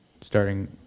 starting